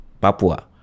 Papua